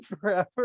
forever